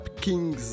Kings